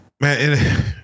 man